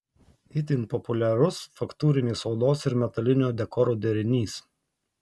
itin populiarus faktūrinės odos ir metalinio dekoro derinys